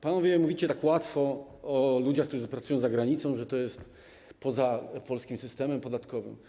Panowie mówicie z taką łatwością o ludziach, którzy pracują za granicą, że są poza polskim systemem podatkowym.